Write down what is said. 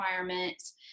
requirements